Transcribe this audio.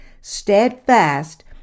steadfast